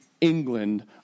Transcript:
England